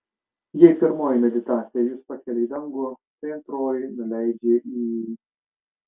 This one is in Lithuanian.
jei pirmoji meditacija jus pakelia į dangų tai antroji nuleidžia į